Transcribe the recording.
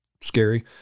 scary